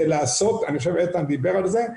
ואני חושב שאיתן דיבר על זה,